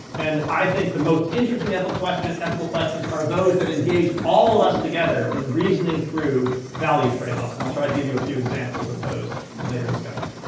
and i think the most interesting ethical questions ethical questions are those that engage all of us together in reasoning through value trade offs. and i'll try to give you a few examples of those in later discussion.